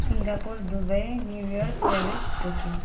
Singapore Dubai New York Paris Tokyo